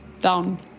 down